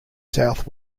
south